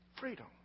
Freedom